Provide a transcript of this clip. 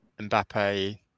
Mbappe